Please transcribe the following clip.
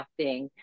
crafting